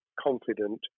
confident